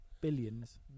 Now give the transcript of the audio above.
Billions